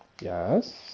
Yes